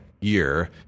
year